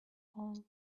all